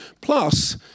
Plus